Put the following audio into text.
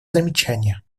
замечания